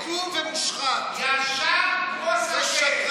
ישר כמו סרגל.